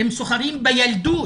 הם סוחרים בילדות